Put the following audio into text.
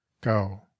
go